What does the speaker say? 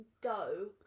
go